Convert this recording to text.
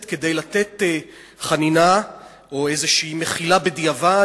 כדי לתת חנינה או איזושהי מחילה בדיעבד,